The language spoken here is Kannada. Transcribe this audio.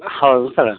ಹೌದು ಸರ್ರ